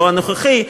לא הנוכחי,